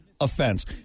offense